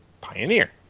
Pioneer